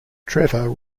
trevor